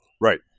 Right